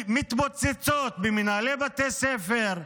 שמתפוצצות על מנהלי בתי ספר,